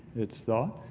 it's thought,